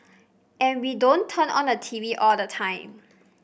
and we don't turn on the T V all the time